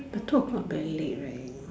but two o-clock very late right you know